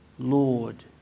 Lord